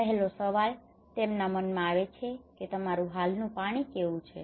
પહેલો સવાલ તેમના મનમાં આવે છે કે તમારું હાલનું પાણી કેવું છે